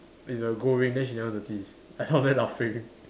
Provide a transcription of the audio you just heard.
it's a gold ring then she never notice I down there laughing